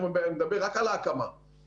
אני מדבר רק על ההקמה של זה.